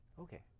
Okay